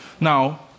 Now